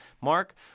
Mark